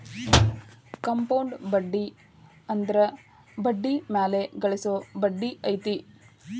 compound ಬಡ್ಡಿ ಅಂದ್ರ ಬಡ್ಡಿ ಮ್ಯಾಲೆ ಗಳಿಸೊ ಬಡ್ಡಿ ಐತಿ